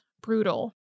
brutal